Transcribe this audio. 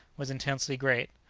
was intensely great.